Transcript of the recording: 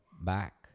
back